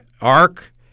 ark